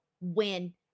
win